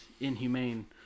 inhumane